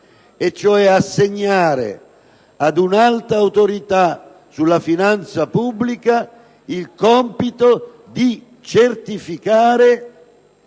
assegnare ad un'alta Autorità sulla finanza pubblica il compito di certificare